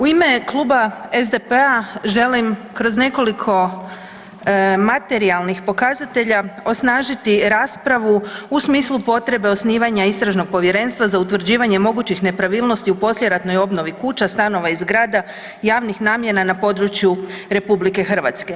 U ime Kluba SDP-a želim kroz nekoliko materijalnih pokazatelja osnažiti raspravu u smislu potrebe osnivanja Istražnog povjerenstva za utvrđivanje mogućih nepravilnosti u poslijeratnoj obnovi kuća, stanova i zgrada, javnih namjena na području Republike Hrvatske.